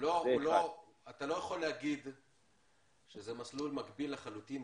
אתה לא יכול להגיד שזה מסלול מקביל לחלוטין.